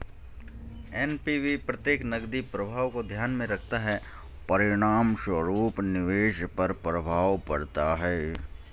NPV प्रत्येक नकदी प्रवाह को ध्यान में रखता है, परिणामस्वरूप निवेश पर प्रभाव पड़ता है